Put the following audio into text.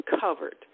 covered